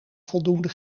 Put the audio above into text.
voldoende